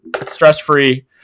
stress-free